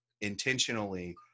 intentionally